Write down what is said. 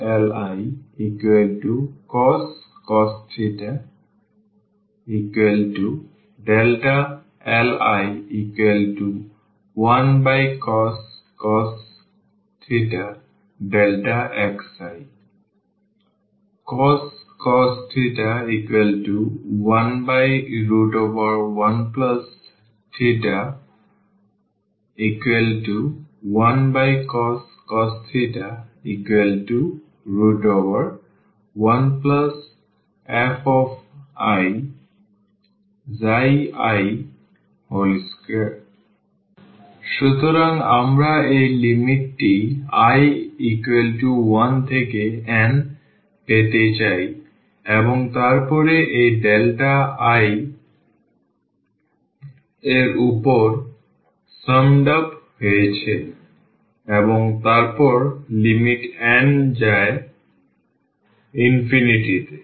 xilicos ⟹Δli1cos Δxi cos 11 ⟹1cos 1fi2 সুতরাং আমরা এই লিমিটটি i 1 থেকে n পেতে চাই এবং তারপরে এটি এই delta l i এর উপর সংকলিত হয়েছে এবং তারপর লিমিট n যায় তে